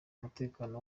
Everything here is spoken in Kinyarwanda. umutekano